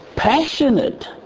Passionate